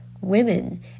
women